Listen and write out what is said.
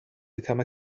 become